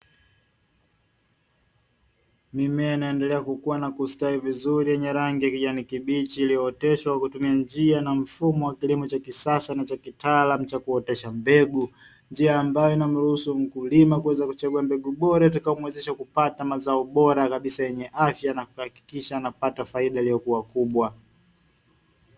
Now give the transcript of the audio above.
Mimea inayoendelea kukua na kustawi vizuri yenye rangi ya kijani kibichi, iliyooteshwa kwa kutumia njia na mfumo wa kilimo cha kisasa na cha kitaalamu cha kuotesha mbegu, njia ambayo inamruhusu mkulima kuweza kuchagua mbegu bora itakayo muwezesha kupta mazao bora kabisa yenye afya, na kuhakikisha anapata faida iliyokua kubwa.